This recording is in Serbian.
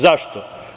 Zašto?